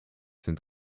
sind